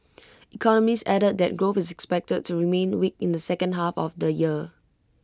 economists added that growth is expected to remain weak in the second half of the year